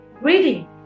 reading